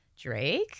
Drake